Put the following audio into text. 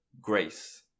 grace